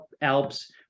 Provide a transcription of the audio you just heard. Alps